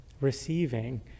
receiving